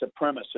supremacists